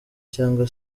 cyangwa